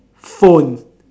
phone